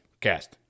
cast